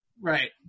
right